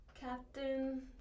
Captain